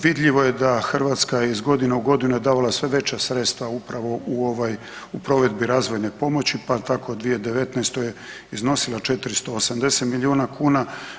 Vidljivo je da Hrvatska iz godine u godinu je davala sve veća sredstva upravo u provedbi razvojne pomoći, pa tako 2019. je iznosila 480 milijuna kuna.